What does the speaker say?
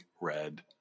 red